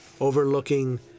overlooking